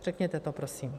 Řekněte to prosím.